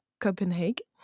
Copenhagen